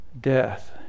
Death